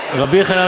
אתה יכול לרדת.